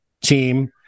team